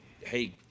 hey